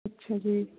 ਅੱਛਾ ਜੀ